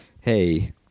hey